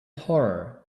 horror